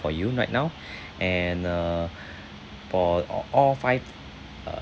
for you right now and uh for a~ all five uh